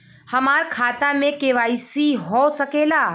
हमार खाता में के.वाइ.सी हो सकेला?